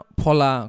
pola